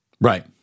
Right